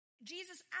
Jesus